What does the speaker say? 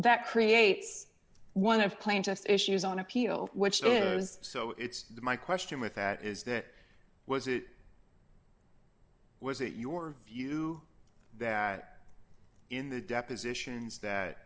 that creates one of plaintiff's issues on appeal which was so it's my question with that is that was it was it your view that in the depositions that